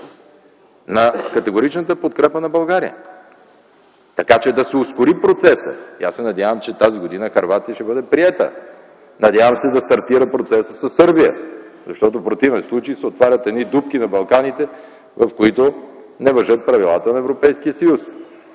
на категоричната подкрепа на България, така че да се ускори процеса. И аз се надявам, че тази година Хърватия ще бъде приета. Надявам се да стартира процесът за Сърбия, защото в противен случай се отварят едни дупки на Балканите, в които не важат правилата на Европейския съюз.